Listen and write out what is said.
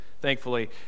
thankfully